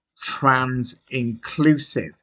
trans-inclusive